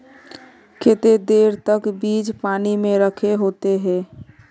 केते देर तक बीज पानी में रखे होते हैं?